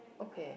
okay